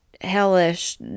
hellish